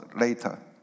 later